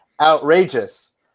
outrageous